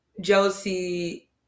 jealousy